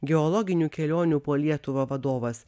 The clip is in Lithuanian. geologinių kelionių po lietuvą vadovas